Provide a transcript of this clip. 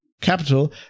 Capital